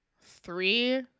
three